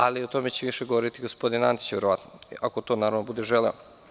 Ali, o tome će više govoriti gospodin Antić, verovatno, ako to bude želeo.